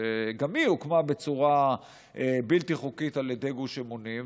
שגם היא הוקמה בצורה בלתי חוקית על ידי גוש אמונים,